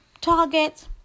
target